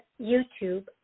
YouTube